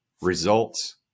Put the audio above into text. Results